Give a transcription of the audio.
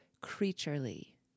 creaturely